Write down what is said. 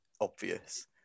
obvious